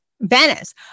Venice